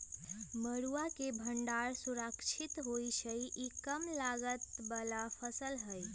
मरुआ के भण्डार सुरक्षित होइ छइ इ कम लागत बला फ़सल हइ